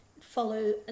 follow